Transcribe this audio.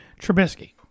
Trubisky